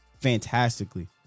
fantastically